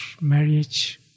marriage